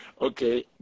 okay